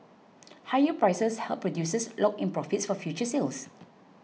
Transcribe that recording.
higher prices help producers lock in profits for future sales